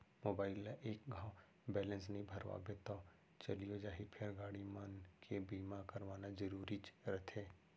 mobile ल एक घौं बैलेंस नइ भरवाबे तौ चलियो जाही फेर गाड़ी मन के बीमा करवाना जरूरीच रथे